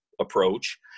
approach